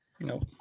no